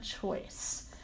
choice